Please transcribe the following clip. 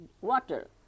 water